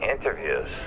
Interviews